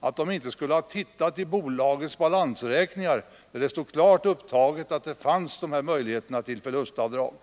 De skulle alltså inte ha tittat i bolagets balansräkningar, där det stod klart angivet att de här möjligheterna till förlustavdrag